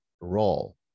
role